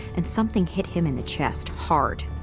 and something hit him in the chest, hard.